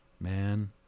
man